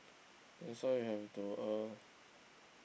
that's why we have to uh